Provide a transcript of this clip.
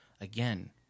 again